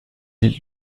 est